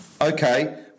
Okay